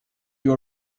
you